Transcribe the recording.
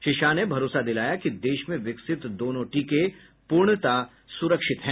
श्री शाह ने भरोसा दिलाया कि देश में विकसित दोनों टीके पूर्णतः सुरक्षित हैं